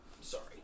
sorry